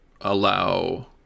Allow